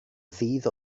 ddydd